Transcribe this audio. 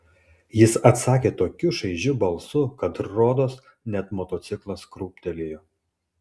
jis atsakė tokiu šaižiu balsu kad rodos net motociklas krūptelėjo